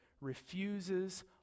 refuses